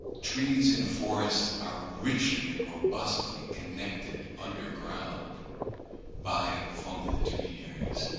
trees in a forest are richly and robustly connected underground by fungal intermediaries,